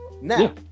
Now